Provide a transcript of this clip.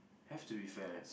have to be fair